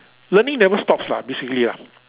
learning never stops lah basically ah